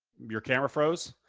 your camera froze?